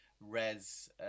Res